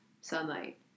sunlight